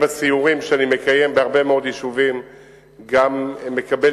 בסיורים שאני מקיים בהרבה מאוד יישובים גם מקבל